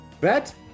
bet